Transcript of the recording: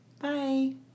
Bye